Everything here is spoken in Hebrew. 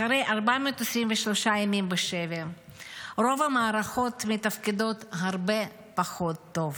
אחרי 423 ימים בשבי רוב המערכות מתפקדות הרבה פחות טוב.